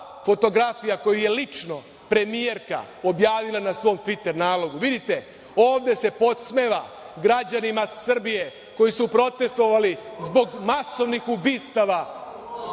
fotografija koju je lično premijerka objavila na svom tviter nalogu. Vidite, ovde se podsmeva građanima Srbije koji su protestvovali zbog masovnih ubistava